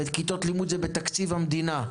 כיתות לימוד זה בתקציב המדינה,